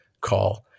call